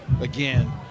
again